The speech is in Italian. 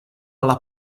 alla